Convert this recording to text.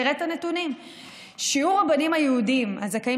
תראה את הנתונים: שיעור הבנים היהודים הזכאים